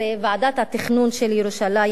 לא תופסים את האי-מוסריות של הכיבוש,